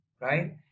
right